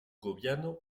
gobierno